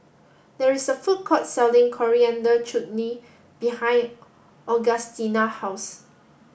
there is a food court selling Coriander Chutney behind Augustina house